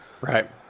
right